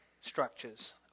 structures